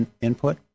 input